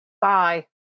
Bye